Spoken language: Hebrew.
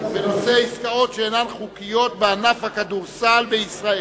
עסקאות לא-חוקיות בענף הכדורסל בישראל.